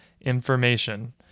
information